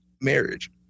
marriage